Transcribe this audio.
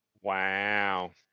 Wow